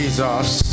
Jesus